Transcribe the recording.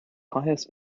highest